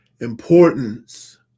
importance